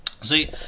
See